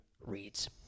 Reads